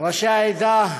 ראשי העדה,